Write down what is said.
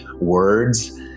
words